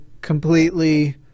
completely